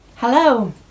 Hello